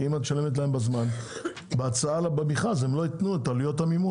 כי אם את משלמת להם בזמן במכרז הם לא ייתנו את עלויות המימון.